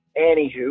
Anywho